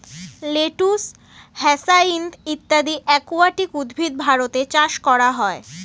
lettuce, hyacinth ইত্যাদি aquatic উদ্ভিদ ভারতে চাষ করা হয়